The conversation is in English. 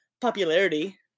popularity